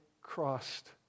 crossed